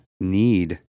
need